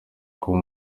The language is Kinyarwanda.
kuba